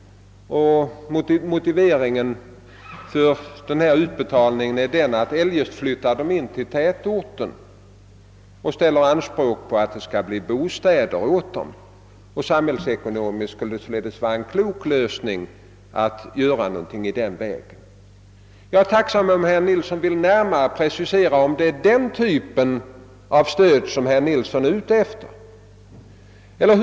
Motiveringen för en sådan utbetalning skulle vara att jordbrukarna eljest flyttar in till tätorten och där ställer anspråk på att det skall finnas bostäder åt dem. Samhällsekonomiskt skulle det således vara en klok lösning att göra något i den vägen. Jag vore tacksam om herr Nilsson i Tvärålund närmare ville precisera om det är den typen av stöd som herr Nilsson är ute efter.